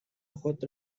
خود